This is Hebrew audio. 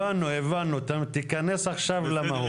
הבנו, תיכנס עכשיו למהות.